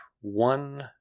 one